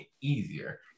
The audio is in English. easier